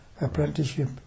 apprenticeship